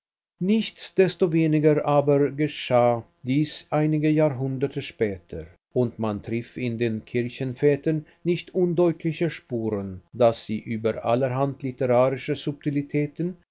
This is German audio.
nichtsdestoweniger aber geschah dies einige jahrhunderte später und man trifft in den kirchenvätern nicht undeutliche spuren daß sie über allerhand literarische